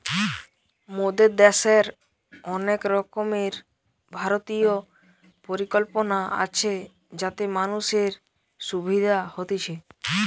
মোদের দ্যাশের অনেক রকমের ভারতীয় পরিকল্পনা আছে যাতে মানুষের সুবিধা হতিছে